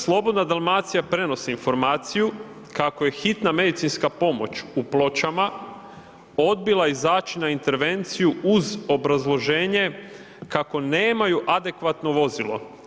Slobodna Dalmacija prenosi informaciju kako je Hitna medicinska pomoć u Pločama odbila izać na intervenciju uz obrazloženje kako nemaju adekvatno vozilo.